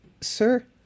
sir